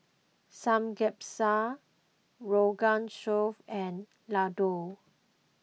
Samgyeopsal Rogan Josh and Ladoo